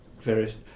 various